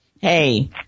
Hey